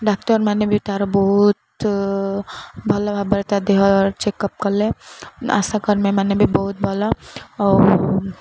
ଡାକ୍ତର ମାନେ ବି ତା'ର ବହୁତ ଭଲ ଭାବରେ ତା ଦେହ ଚେକ୍ ଅପ୍ କଲେ ଆଶାକର୍ମୀ ମାନେ ବି ବହୁତ ଭଲ ଆଉ